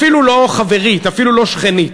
אפילו לא חברית, אפילו לא שכנית.